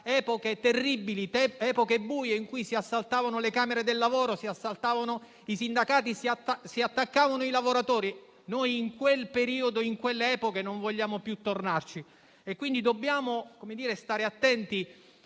epoche terribili e buie, in cui si assaltavano le camere del lavoro e i sindacati e si attaccavano i lavoratori. A quei periodi e a quelle epoche non vogliamo più tornare e quindi dobbiamo stare attenti